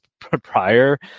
prior